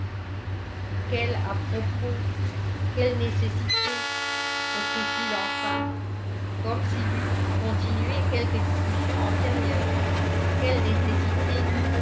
quel à propos quelle nécessité reprit-il enfin comme s'il eût continué quelque discussion antérieure quelle nécessité